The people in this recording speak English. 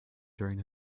during